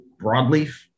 broadleaf